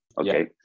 Okay